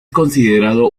considerado